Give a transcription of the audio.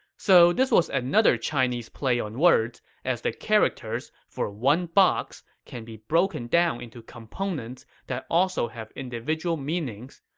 so this was another chinese play on words, as the characters characters for one box can be broken down into components that also have individual meanings.